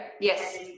yes